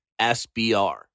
SBR